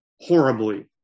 horribly